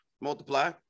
Multiply